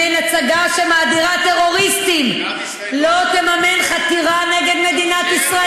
טיעונים של חופש ביטוי.